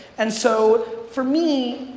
and so for me,